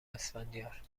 اسفندیار